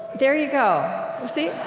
there you go. you see?